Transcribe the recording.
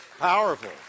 Powerful